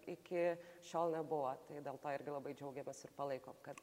iki šiol nebuvo tai dėl to irgi labai džiaugiamės ir palaikom kad